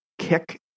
kick